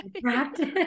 Practice